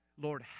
Lord